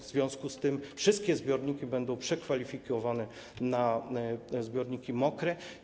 W związku z tym wszystkie zbiorniki będą przekwalifikowane na zbiorniki mokre.